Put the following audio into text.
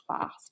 fast